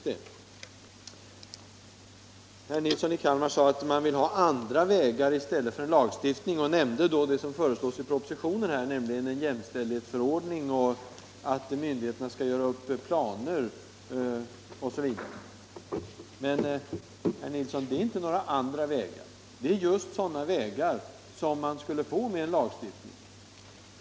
Herr Nilsson i Kalmar sade att han vill gå andra vägar i stället för att genomföra en lagstiftning. Han nämnde därvid det som föreslås i propositionen, nämligen en jämställdhetsförordning, att myndigheterna skall göra upp planer osv. Men, herr Nilsson, det är inte några andra vägar, utan det är just sådana vägar som man skulle kunna gå med en lagstiftning.